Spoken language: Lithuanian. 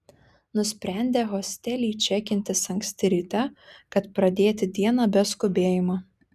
nusprendė hostely čekintis anksti ryte kad pradėti dieną be skubėjimo